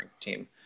team